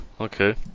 Okay